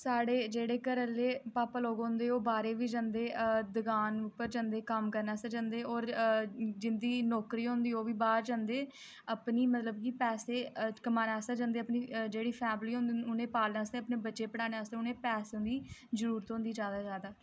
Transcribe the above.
साढ़े जेह्ड़े घरै आह्ले पापा लोक होंदे बाह्रे जंदे दकान पर जंदे कम्म करने आस्तै जंदे होर जिंदी नौकरी होंदी ओह् बी बाह्र जंदे अपनी मतलब कि पैसे कमाने आस्तै जंदे अपनी जेह्ड़ी फैमली होंदी उ'नेंगी पालने आस्तै अपने बच्चे पढ़ाने आस्तै उ'नेंगी पैसे दी जरूरत होंदी ज्यादा ज्यादा